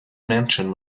mansion